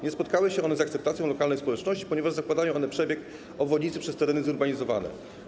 Nie spotkały się one z akceptacją lokalnej społeczności, ponieważ zakładają przebieg obwodnicy przez tereny zurbanizowane.